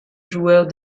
joueurs